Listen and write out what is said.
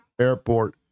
airport